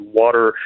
water